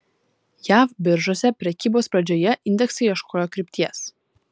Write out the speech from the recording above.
jav biržose prekybos pradžioje indeksai ieškojo krypties